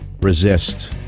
Resist